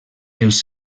els